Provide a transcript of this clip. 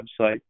website